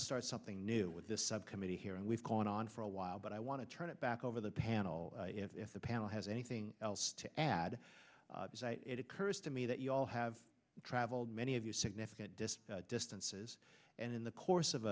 start something new with this subcommittee hearing we've gone on for a while but i want to turn it back over the panel if the panel has anything else to add it occurs to me that you all have traveled many of you significant distance distances and in the course of